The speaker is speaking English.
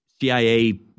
CIA